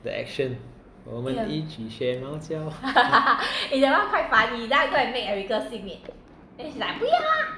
the action 我们一起学猫叫